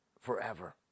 forever